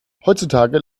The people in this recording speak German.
heutzutage